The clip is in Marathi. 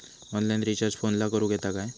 ऑनलाइन रिचार्ज फोनला करूक येता काय?